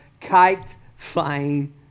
kite-flying